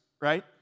right